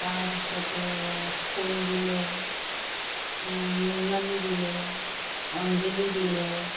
তাৰপিছতে ফুল দিলে আমাক নিৰ্মালি দিলে অঞ্জলি দিলে